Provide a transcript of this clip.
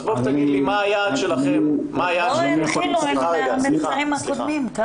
אז בוא תגיד לי מה היעד שלכם ----- כמה קיבלו?